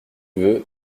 veux